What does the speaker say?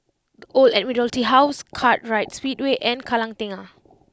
The Old Admiralty House Kartright Speedway and Kallang Tengah